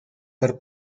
per